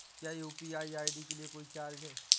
क्या UPI ID के लिए कोई चार्ज है?